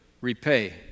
repay